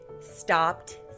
stopped